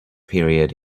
period